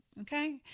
Okay